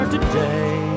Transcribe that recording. Today